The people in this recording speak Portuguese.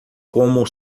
como